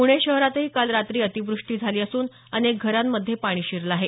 पुणे शहरातही काल रात्री अतिवृष्टी झाली असून अनेक घरांमध्ये पाणी शिरलं आहे